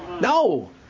No